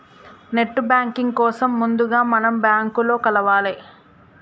net banking కోసం ముందుగా మనం బ్యాంకులో కలవాలే